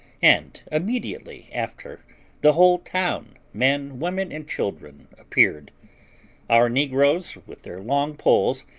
and immediately after the whole town, men, women, and children, appeared our negroes, with their long poles,